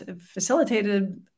facilitated